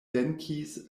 venkis